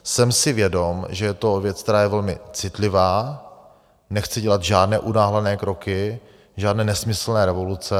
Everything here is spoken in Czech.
Jsem si vědom, že je to věc, která je velmi citlivá, nechci dělat žádné unáhlené kroky, žádné nesmyslné revoluce.